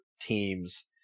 teams